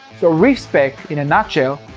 so, reef-spec, in a nutshell,